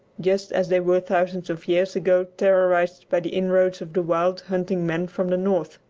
just as they were thousands of years ago terrorised by the inroads of the wild hunting men from the north.